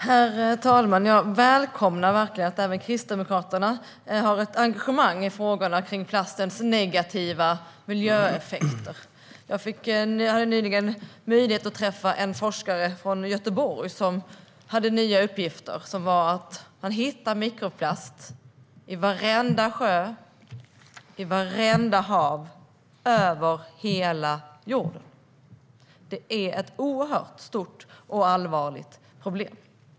Herr talman! Jag välkomnar att även Kristdemokraterna har ett engagemang i fråga om plastens negativa miljöeffekter. Jag träffade nyligen en forskare från Göteborg som hade nya uppgifter om att man har hittat mikroplast i varenda sjö och vartenda hav över hela jorden. Det är ett stort och allvarligt problem.